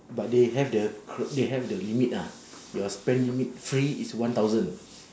but they have the cr~ they have the limit ah your spend limit free is one thousand